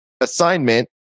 assignment